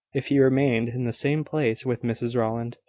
if she remained in the same place with mrs rowland.